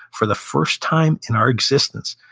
for the first time in our existence,